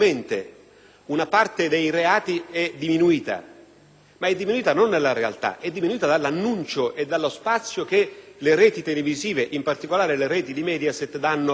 è diminuita, ma non nella realtà: è diminuita nell'annuncio e nello spazio che le reti televisive, in particolare quelle Mediaset, danno al tema della sicurezza. All'indomani delle elezioni del